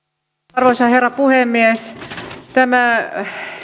arvoisa herra puhemies tämä